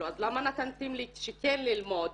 אז למה נתתם לי כן ללמוד?